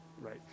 Right